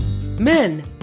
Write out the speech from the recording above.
Men